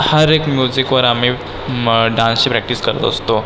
हर एक म्युझिकवर आम्ही म डान्सची प्रॅक्टिस करत असतो